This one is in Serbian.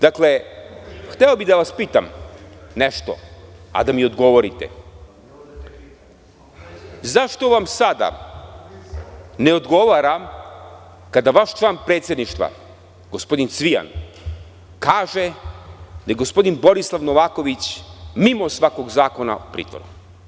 Dakle, hteo bih da vas pitam nešto, a da mi odgovorite - zašto vam sada ne odgovara kada vaš član predsedništva gospodin Cvijan kaže da gospodin Borislav Novaković mimo svakog zakona u pritvoru?